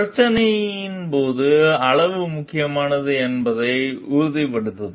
பிரச்சினை போதுமான அளவு முக்கியமானது என்பதை உறுதிப்படுத்துதல்